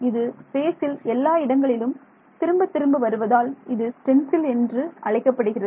இது ஸ்பேசில் எல்லா இடங்களிலும் திரும்பத் திரும்ப வருவதால் இது ஸ்டென்சில் என்று அழைக்கப்படுகிறது